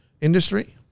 industry